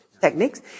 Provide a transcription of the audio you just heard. techniques